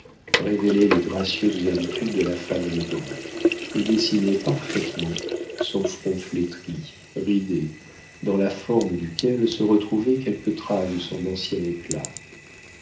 révélait les gracieuses habitudes de la femme élégante et dessinait parfaitement son front flétri ridé dans la forme duquel se retrouvaient quelques traces de son ancien éclat